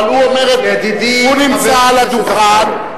אבל הוא אומר, הוא נמצא על הדוכן.